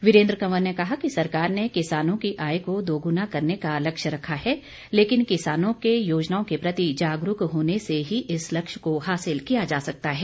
वीरेन्द्र कंवर ने कहा कि सरकार ने किसानों की आय को दोगुना करने का लक्ष्य रखा है लेकिन किसानों के योजनाओं के प्रति जागरूक होने से ही इस लक्ष्य को हासिल किया जा सकता है